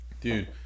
dude